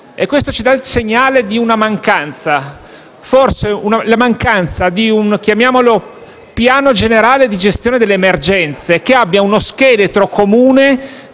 Questo ci dà il segnale di una mancanza, forse quella di - chiamiamolo così - un piano generale di gestione delle emergenze che abbia uno scheletro comune